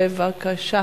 בבקשה.